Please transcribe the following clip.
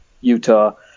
Utah